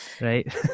right